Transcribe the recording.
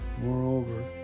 Moreover